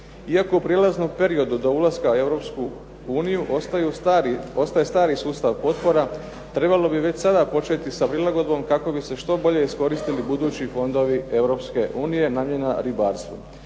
Iako u prijelaznom periodu do ulaska u Europsku uniju ostaje stari sustav potpora, trebalo bi već sada početi sa prilagodbom kako bi se što bolje iskoristili budući fondovi Europske unije namijenjen ribarstvu.